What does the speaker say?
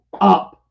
up